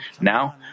Now